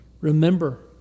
Remember